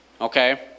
Okay